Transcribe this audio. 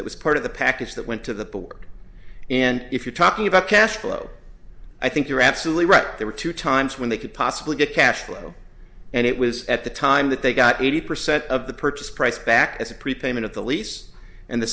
that was part of the package that went to the board and if you're talking about cash flow i think you're absolutely right there were two times when they could possibly get cash flow and it was at the time that they got eighty percent of the purchase price back as a prepayment of the lease and the